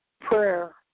Prayer